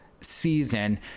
season